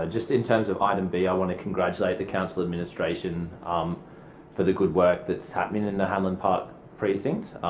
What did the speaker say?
ah just in terms of item b, i want to congratulate the council administration um for the good work that's happening in the hanlon park precinct.